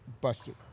busted